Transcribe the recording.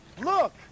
Look